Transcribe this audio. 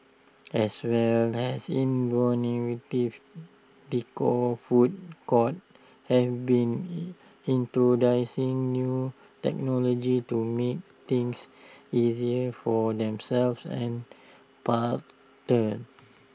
as well as innovative decor food courts have been into dancing new technologies to make things easier for themselves and parter